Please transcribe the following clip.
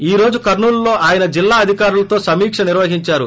ఈ రోజు కర్నూలులో ఆయన జిల్లా అధికారులతో సమీక నిర్వహించారు